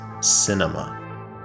cinema